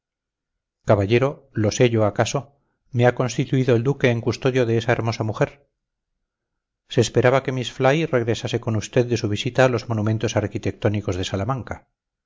caballero lo sé yo acaso me ha constituido el duque en custodio de esa hermosa mujer se esperaba que miss fly regresase con usted de su visita a los monumentos arquitectónicos de salamanca